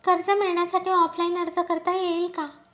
कर्ज मिळण्यासाठी ऑफलाईन अर्ज करता येईल का?